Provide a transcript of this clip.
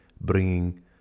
bringing